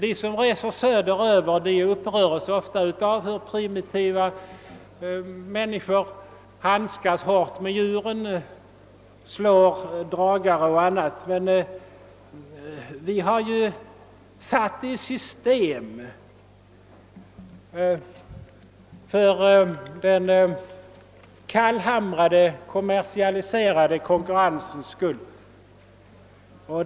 De som reser söderöver upprörs ofta av hur primitiva människor handskas hårt med djuren, slår dragare osv. Men vi har ju själva satt detta i system för den kallhamrade kommersialiserade konkurrensens skull.